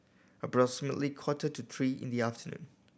approximately quarter to three in the afternoon